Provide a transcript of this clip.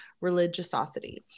religiosity